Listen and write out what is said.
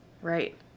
Right